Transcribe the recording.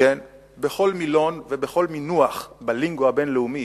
בכל מילון ובכל מינוח ב"לינגו" הבין-לאומי,